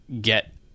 get